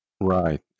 Right